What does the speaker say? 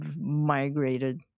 migrated